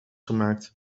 gemaakt